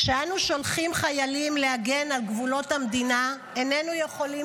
כשאנו שולחים חיילים להגן על גבולות המדינה איננו יכולים